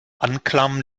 anklam